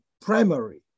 primary